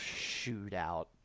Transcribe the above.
shootout